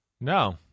No